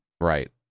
right